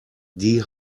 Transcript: die